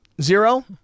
Zero